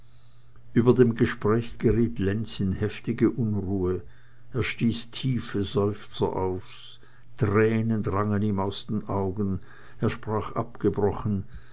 über dem gespräch geriet lenz in heftige unruhe er stieß tiefe seufzer aus tränen drangen ihm aus den augen er sprach abgebrochen